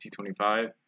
T25